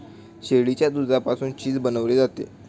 शेळीच्या दुधापासून चीज बनवले जाते